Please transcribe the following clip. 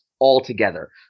altogether